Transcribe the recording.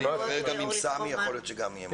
אני אשמח להצטרף, למרות שלא הייתי בדיון.